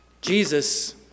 Jesus